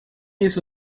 isso